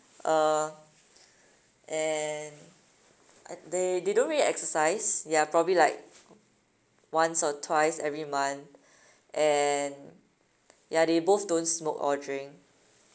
uh and they they don't really exercise ya probably like once or twice every month and ya they both don't smoke or drink